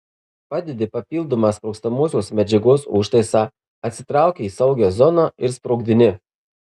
padedi papildomą sprogstamosios medžiagos užtaisą atsitrauki į saugią zoną ir sprogdini